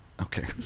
Okay